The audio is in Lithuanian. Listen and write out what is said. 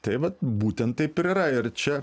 tai vat būtent taip yra ir čia